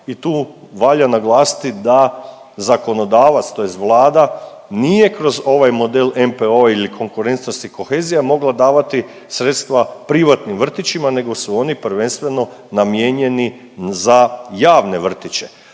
i tu valja naglasiti da zakonodavac tj. Vlada nije kroz ovaj model NPOO ili Konkurentnost i kohezija mogla davati sredstva privatnim vrtićima nego su oni prvenstveno namijenjeni za javne vrtiće,